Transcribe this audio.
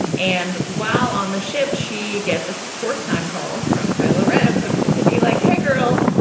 and while on the ship, she gets a forced time call from kylo ren to be like, hey, girl,